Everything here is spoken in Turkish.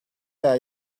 veya